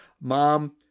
Mom